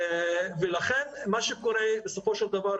ולכן מה שקורה בסופו של דבר,